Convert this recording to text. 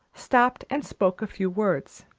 stopped and spoke a few words.